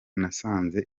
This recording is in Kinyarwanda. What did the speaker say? nasanze